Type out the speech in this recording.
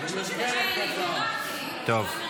טוב.